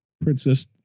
Princess